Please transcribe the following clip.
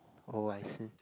oh I see